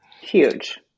Huge